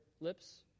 lips